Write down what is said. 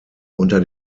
unter